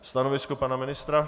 Stanovisko pana ministra?